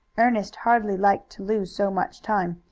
ernest hardly liked to lose so much time,